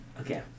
Okay